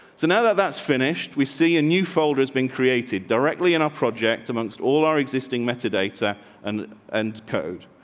so now that that's finished, we see a new fold has been created directly in our project amongst all our existing metadata and and code.